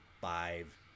five